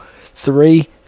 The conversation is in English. three